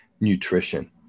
nutrition